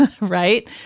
right